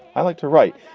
i like to write.